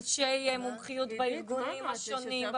אנשי מומחיות בארגונים השונים,